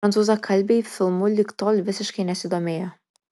prancūzakalbiai filmu lig tol visiškai nesidomėjo